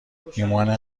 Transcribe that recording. ایمان